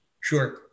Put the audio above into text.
Sure